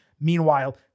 meanwhile